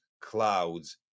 clouds